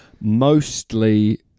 mostly